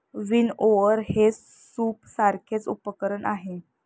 विनओवर हे सूपसारखेच उपकरण आहे